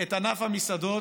את ענף המסעדות